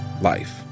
life